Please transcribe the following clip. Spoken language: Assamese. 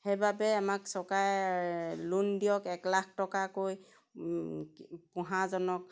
সেইবাবে আমাক চৰকাৰে লোন দিয়ক এক লাখ টকাকৈ পোহাজনক